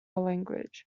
language